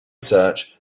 search